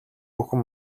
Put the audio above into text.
бүхэн